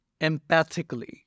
empathically